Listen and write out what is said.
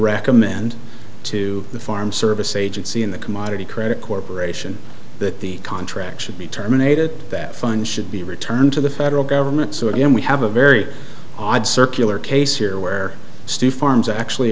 recommend to the farm service agency in the commodity credit corporation that the contract should be terminated that fund should be returned to the federal government so again we have a very odd circular case here where steve farms actually